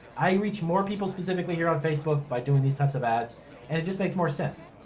i reach more people specifically here on facebook by doing these types of ads and it just makes more sense.